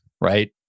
right